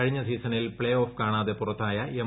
കഴിഞ്ഞ സീസണിൽ play off കാണാതെ പുറത്തായ എം